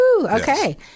okay